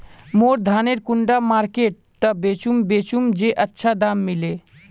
मोर धानेर कुंडा मार्केट त बेचुम बेचुम जे अच्छा दाम मिले?